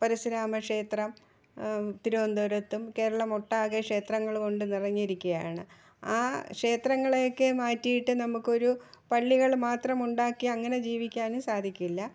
പരശുരാമ ക്ഷേത്രം തിരുവനന്തപുരത്തും കേരളമൊട്ടാകെ ക്ഷേത്രങ്ങൾ കൊണ്ട് നിറഞ്ഞിരിക്കുകയാണ് ആ ക്ഷേത്രങ്ങളെയെക്കെ മാറ്റിയിട്ട് നമുക്കൊരു പള്ളികൾ മാത്രം ഉണ്ടാക്കി അങ്ങനെ ജീവിക്കാനും സാധിക്കില്ല